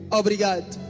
obrigado